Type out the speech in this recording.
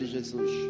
Jesus